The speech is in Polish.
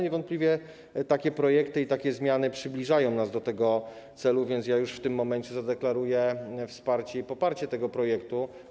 Niewątpliwie takie projekty i takie zmiany przybliżają nas do tego celu, dlatego już w tym momencie zadeklaruję wsparcie i poparcie tego projektu.